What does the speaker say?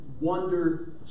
wonder